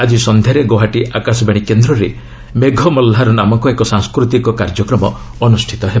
ଆଜି ସନ୍ଧ୍ୟାରେ ଗୌହାଟୀ ଆକାଶବାଣୀ କେନ୍ଦ୍ରରେ ମେଘ ମହ୍ଲାର ନାମକ ଏକ ସାଂସ୍କୃତିକ କାର୍ଯ୍ୟକ୍ରମ ଅନୁଷ୍ଠିତ ହେବ